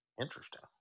Interesting